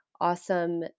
awesome